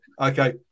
Okay